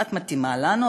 את מתאימה לנו,